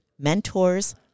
mentors